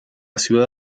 ciudad